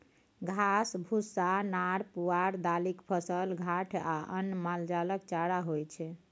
घास, भुस्सा, नार पुआर, दालिक फसल, घाठि आ अन्न मालजालक चारा होइ छै